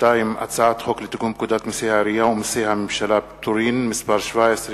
הצעת חוק לתיקון פקודת מסי העירייה ומסי הממשלה (פטורין) (מס' 17),